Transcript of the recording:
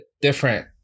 different